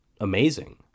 amazing